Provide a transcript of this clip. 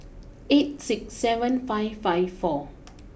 eight six seven five five four